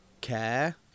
care